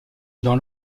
dans